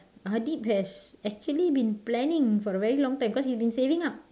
Adib has actually been planning for a very long time cause he has been saving up